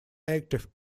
active